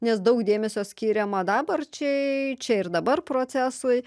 nes daug dėmesio skiriama dabarčiai čia ir dabar procesui